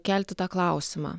kelti tą klausimą